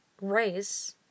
race